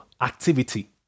activity